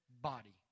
body